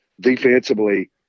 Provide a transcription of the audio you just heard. defensively